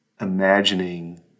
imagining